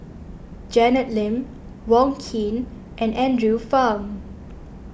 Janet Lim Wong Keen and Andrew Phang